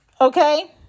okay